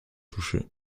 touchés